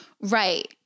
Right